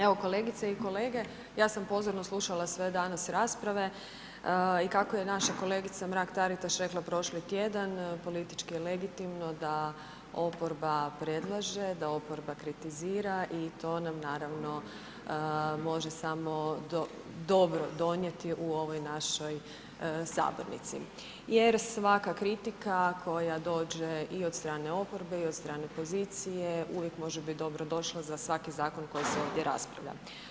Evo kolegice i kolege, ja sam pozorno slušale sve danas rasprave i kako je naša kolegica Mrak Taritaš rekla prošli tjedan, politički je legitimno da oporba predlaže, da oporba kritizira i to nam naravno može samo dobro donijeti u ovoj našoj sabornici jer svaka kritika koja dođe i od strane oporbe i od strane pozicije, uvijek može biti dobrodošla za svaki zakon koji se ovdje raspravlja.